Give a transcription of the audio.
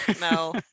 No